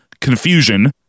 Confusion